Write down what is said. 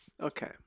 Okay